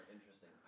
interesting